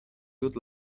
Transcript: good